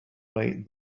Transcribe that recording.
way